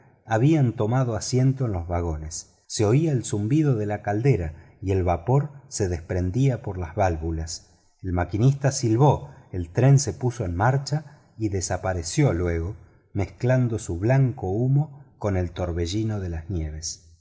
habían tomado ubicación en los vagones se oía el zumbido de la caldera y el vapor se desprendía por las válvulas el maquinista silbó el tren se puso en marcha y desapareció luego mezclando su blanco humo con el torbellino de las nieves